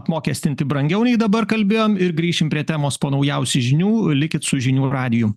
apmokestinti brangiau nei dabar kalbėjom ir grįšim prie temos po naujausių žinių likit su žinių radiju